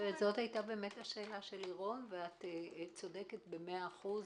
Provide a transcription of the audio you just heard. זאת היתה השאלה של לירון ואת צודקת לחלוטין.